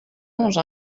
ange